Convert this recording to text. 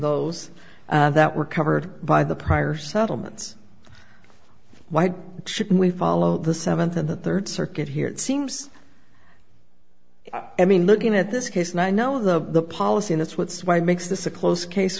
those that were covered by the prior settlements why should we follow the seventh and the third circuit here it seems i mean looking at this case and i know the policy and it's what's why it makes this a close case